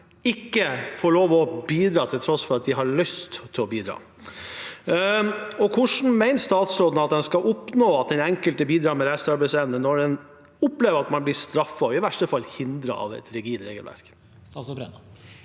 ikke får lov til å bidra, til tross for at man har lyst til å bidra. Hvordan mener statsråden at man skal oppnå at den enkelte kan bidra med restarbeidsevne når man opplever å bli straffet, i verste fall hindret, av et rigid regelverk? Statsråd Tonje